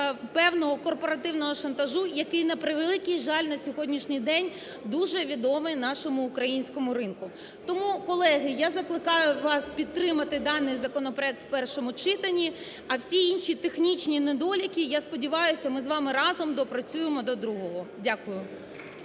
певного корпоративного шантажу, який, на превеликий жаль, на сьогоднішній день дуже відомий нашому українському ринку. Тому, колеги, я закликаю вас підтримати даний законопроект в першому читанні, а всі інші технічні недоліки, я сподіваюсь, ми з вами разом доопрацюємо до другого. Дякую.